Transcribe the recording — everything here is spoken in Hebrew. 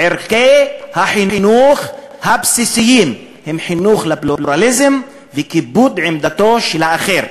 ערכי החינוך הבסיסיים הם חינוך לפלורליזם וכיבוד עמדתו של האחר.